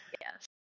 yes